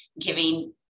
giving